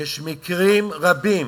יש מקרים רבים